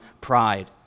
pride